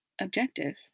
objective